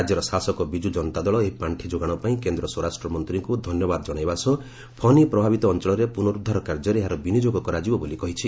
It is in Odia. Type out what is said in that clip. ରାଜ୍ୟର ଶାସକ ବିଜୁ ଜନତା ଦଳ ଏହି ପାଣ୍ଠି ଯୋଗାଣ ପାଇଁ କେନ୍ଦ୍ର ସ୍ୱରାଷ୍ଟ୍ରମନ୍ତ୍ରୀଙ୍କୁ ଧନ୍ୟବାଦ ଜଣାଇବା ସହ ଫନି ପ୍ରଭାବିତ ଅଞ୍ଚଳରେ ପୁନରୁଦ୍ଧାର କାର୍ଯ୍ୟରେ ଏହାର ବିନିଯୋଗ କରାଯିବ ବୋଲି କହିଛି